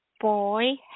boy